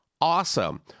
awesome